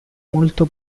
molto